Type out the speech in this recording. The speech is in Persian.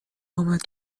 آمد